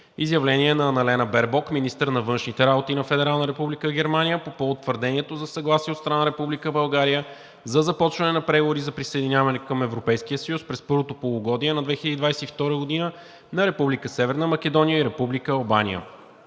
изявлението на Аналена Бербок – министър на външните работи на Федерална република Германия, по повод твърдението за съгласие от страна на Република България за започване на преговори за присъединяване към Европейския съюз през първото полугодие на 2022 г. на Република Северна Македония и Република Албания.